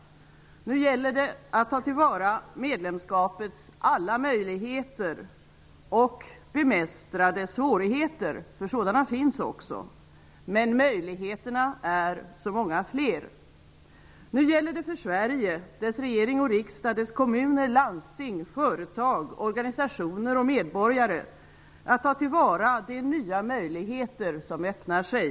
Nu gäller det att ta till vara medlemskapets alla möjligheter och bemästra dess svårigheter, för sådana finns också. Men möjligheterna är så många fler. Nu gäller det för Sverige, dess regering och riksdag, dess kommuner, landsting, företag, organisationer och medborgare att ta till vara de nya möjligheter som öppnar sig.